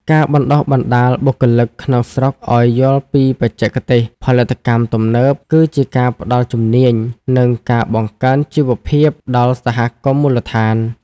ការបណ្ដុះបណ្ដាលបុគ្គលិកក្នុងស្រុកឱ្យយល់ពីបច្ចេកទេសផលិតកម្មទំនើប គឺជាការផ្ដល់ជំនាញ និងការបង្កើនជីវភាពដល់សហគមន៍មូលដ្ឋាន។